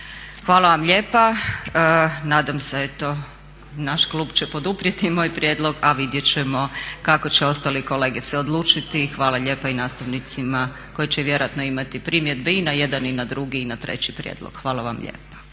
Hvala vam lijepa. Nadam se eto, naš klub će poduprijeti moj prijedlog, a vidjet ćemo kako će ostali kolege se odlučiti. Hvala lijepa i nastavnicima koji će vjerojatno imati primjedbe i na jedan i na drugi i na treći prijedlog. Hvala vam lijepa.